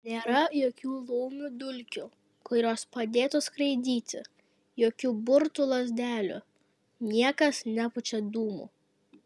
nėra jokių laumių dulkių kurios padėtų skraidyti jokių burtų lazdelių niekas nepučia dūmų